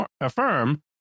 affirm